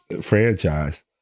franchise